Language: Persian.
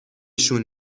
شون